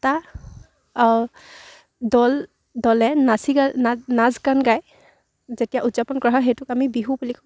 টা দল দলে নাচি গা না নাচ গান গাই যেতিয়া উদযাপন কৰা হয় সেইটোক আমি বিহু বুলি কওঁ